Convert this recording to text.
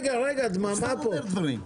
דממה פה.